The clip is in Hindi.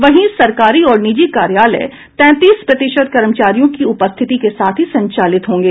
वहीं सरकारी और निजी कार्यालय तैंतीस प्रतिशत कर्मचारियों की उपस्थिति के साथ ही संचालित होंगे